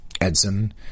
Edson